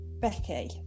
Becky